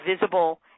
visible